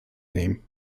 nehmen